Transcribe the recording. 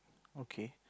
okay